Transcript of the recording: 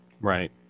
Right